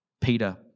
Peter